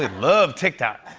and love tiktok.